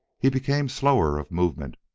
he became slower of movement,